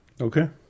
Okay